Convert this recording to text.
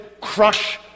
crush